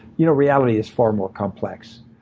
you know reality is far more complex.